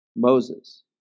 Moses